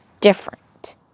different